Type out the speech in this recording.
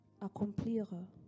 accomplir